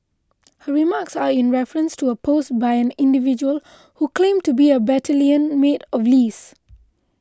her remarks are in reference to a post by an individual who claimed to be a battalion mate of Lee's